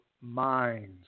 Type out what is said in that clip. minds